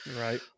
Right